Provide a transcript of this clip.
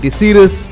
series